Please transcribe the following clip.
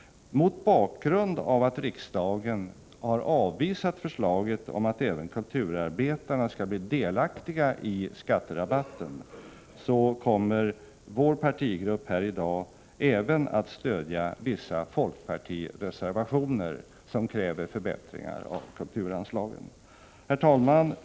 Mot bakgrund av att riksdagen har avvisat förslaget om att även kulturarbetarna skall bli delaktiga av skatterabatten kommer vår partigrupp här i dag att även stödja vissa folkpartireservationer, där man kräver förbättringar av kulturanslagen. Herr talman!